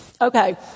Okay